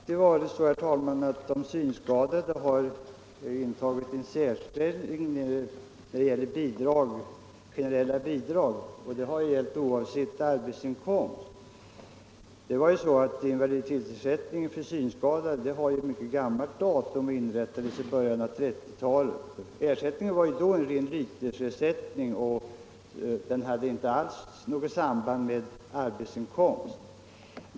Herr talman! Ja, de synskadade har ju alltid intagit en särställning när det gäller generella bidrag, och det har gällt oavsett arbetsinkomst. Invaliditetsersättningen för synskadade är av mycket gammalt datum. Den infördes i början av 1930-talet och var då en ren lytesersättning utan något som helst samband med arbetsinkomst.